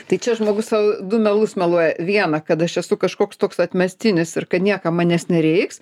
tai čia žmogus sau du melus meluoja vieną kad aš esu kažkoks toks atmestinis ir kad niekam manęs nereiks